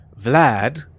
Vlad